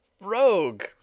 rogue